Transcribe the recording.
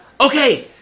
Okay